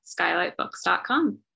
skylightbooks.com